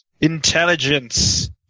Intelligence